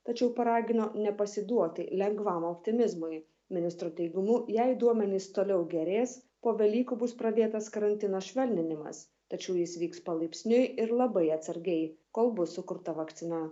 tačiau paragino nepasiduoti lengvam optimizmui ministro teigimu jei duomenys toliau gerės po velykų bus pradėtas karantino švelninimas tačiau jis vyks palaipsniui ir labai atsargiai kol bus sukurta vakcina